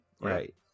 Right